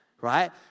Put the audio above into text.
right